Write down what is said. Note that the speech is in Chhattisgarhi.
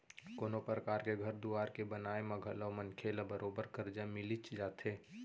कोनों परकार के घर दुवार के बनाए म घलौ मनखे ल बरोबर करजा मिलिच जाथे